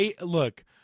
Look